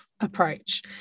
approach